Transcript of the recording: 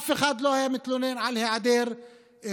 אף אחד לא היה מתלונן על היעדר בדיקות,